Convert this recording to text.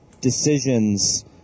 decisions